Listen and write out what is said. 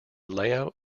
layout